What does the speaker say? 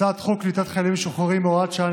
הצעת חוק קליטת חיילים משוחררים (הוראת שעה,